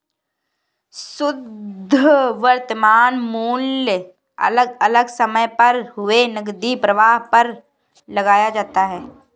शुध्द वर्तमान मूल्य अलग अलग समय पर हुए नकदी प्रवाह पर लगाया जाता है